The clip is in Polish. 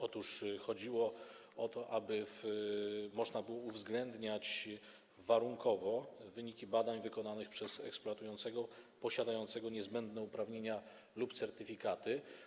Otóż chodziło o to, aby można było uwzględniać warunkowo wyniki badań wykonanych przez eksploatującego posiadającego niezbędne uprawnienia lub certyfikaty.